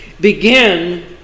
begin